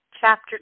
chapter